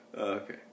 Okay